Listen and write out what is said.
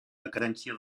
decadència